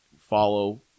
follow